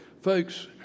Folks